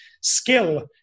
skill